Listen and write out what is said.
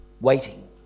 Waiting